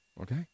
okay